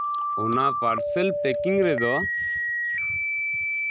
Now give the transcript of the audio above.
ᱚᱱᱟ parcel packing ᱨᱮᱫᱚ